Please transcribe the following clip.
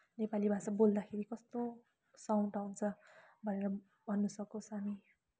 नेपाली भाषा बोल्दाखेरि कस्तो साउन्ड आउँछ भनेर भन्न सकोस् हामी